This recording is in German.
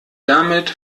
damit